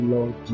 Lord